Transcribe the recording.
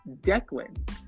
Declan